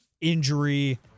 injury